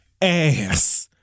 ass